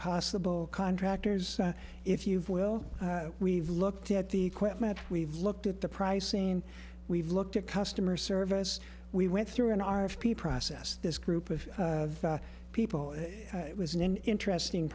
possible contractors if you've will we've looked at the equipment we've looked at the pricing we've looked at customer service we went through an r f p process this group of people it was an interesting